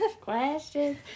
questions